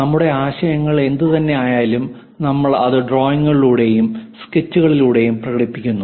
നമ്മുടെ ആശയങ്ങൾ എന്തുതന്നെയായാലും നമ്മൾ അത് ഡ്രോയിംഗുകളിലൂടെയും സ്കെച്ചുകളിലൂടെയും പ്രകടിപ്പിക്കുന്നു